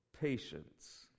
patience